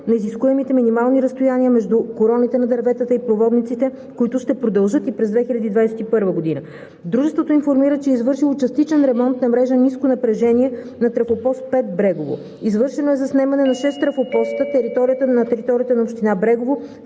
на изискуемите минимални разстояния между короните на дърветата и проводниците, които ще продължат и през 2021 г. Дружеството информира, че е извършило частичен ремонт на мрежа ниско напрежение на трафопост 5 в Брегово. Извършено е заснемане на шест трафопоста на територията на община Брегово